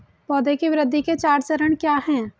पौधे की वृद्धि के चार चरण क्या हैं?